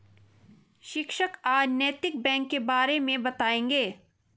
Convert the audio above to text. शिक्षक आज नैतिक बैंक के बारे मे बताएँगे